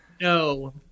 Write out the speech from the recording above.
No